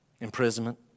imprisonment